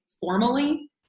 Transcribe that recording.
formally